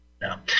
No